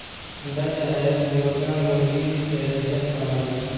अंडा चाहे मुर्गा मुर्गी से ढेर कमाई बा